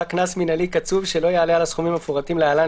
קנס מינהלי קצוב שלא יעלה על הסכומים המפורטים להלן,